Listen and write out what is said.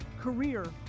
career